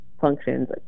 functions